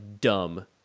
dumb